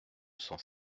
sans